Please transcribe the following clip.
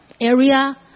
area